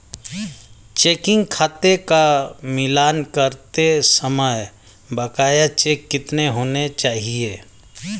Checking खाते का मिलान करते समय बकाया चेक कितने होने चाहिए?